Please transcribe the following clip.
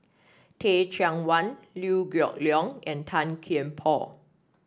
Teh Cheang Wan Liew Geok Leong and Tan Kian Por